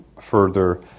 further